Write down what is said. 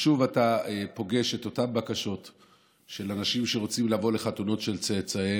שוב אתה פוגש את אותן בקשות של אנשים שרוצים לבוא לחתונות של צאצאיהם,